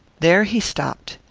there he stopped.